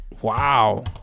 Wow